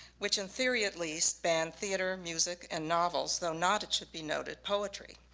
which in theory at least banned theater, music, and novels, though not, it should be noted, poetry.